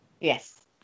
yes